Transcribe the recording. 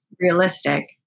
realistic